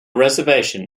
reservation